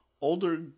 older